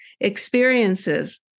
experiences